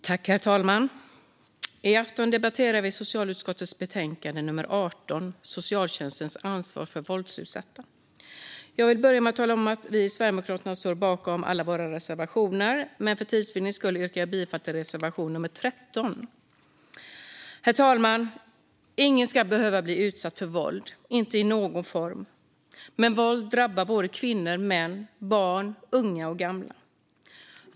Herr talman! I afton debatterar vi socialutskottets betänkande nummer 18 Socialtjänstens ansvar för våldsutsatta . Jag vill börja med att tala om att vi i Sverigedemokraterna står bakom alla våra reservationer, men för tids vinning yrkar jag endast bifall till reservation nummer 13. Herr talman! Ingen ska behöva bli utsatt för våld, inte i någon form. Men våld drabbar både kvinnor, män, barn, unga och gamla.